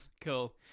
Cool